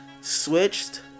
switched